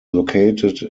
located